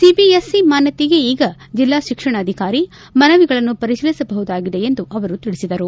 CBSE ಮಾನ್ಜತೆಗೆ ಈಗ ಜಿಲ್ಲಾ ಶಿಕ್ಷಣ ಅಧಿಕಾರಿ ಮನವಿಗಳನ್ನು ಪರಿಶೀಲಿಸಬಹುದಾಗಿದೆ ಎಂದು ಅವರು ತಿಳಿಸಿದರು